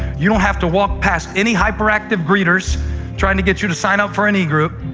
you don't have to walk past any hyperactive greeters trying to get you to sign up for an egroup.